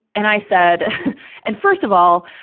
and i said and, first of all,